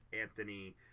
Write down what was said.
anthony